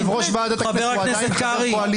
יושב-ראש ועדת הכנסת הוא עדיין חבר קואליציה.